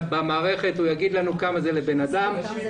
במערכת והוא יאמר לנו כמה זה לבן אדם.